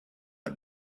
and